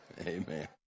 Amen